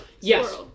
Yes